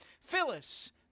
Phyllis